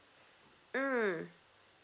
mm